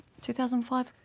2005